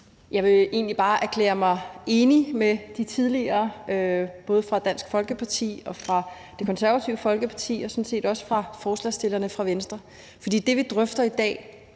Jeg vil bare erklære mig enig med ordførerne fra Dansk Folkeparti og Det Konservative Folkeparti og sådan set også med forslagsstillerne fra Venstre, for det, vi drøfter i dag,